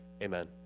amen